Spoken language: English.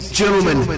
gentlemen